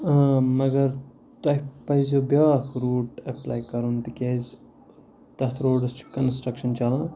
مگر تۄہہِ پزیٚو بیٛاکھ روٗٹ ایپلاے کَرُن تِکیٛازِ تَتھ روڈَس چھُ کَنَسٹرٛکشَن چَلان